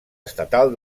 estatal